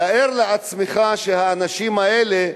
תאר לעצמך שהאנשים האלה,